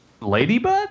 Ladybug